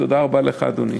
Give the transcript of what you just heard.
תודה רבה לך, אדוני.